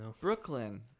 Brooklyn